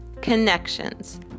connections